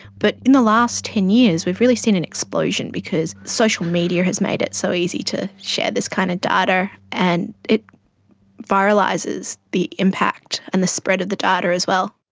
but in the last ten years we've really seen an explosion because social media has made it so easy to share this kind of data. and it viralises the impact and the spread of the data as well.